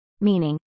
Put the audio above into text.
meaning